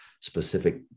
specific